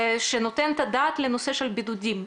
שנותן את הדעת לנושא של בידודים?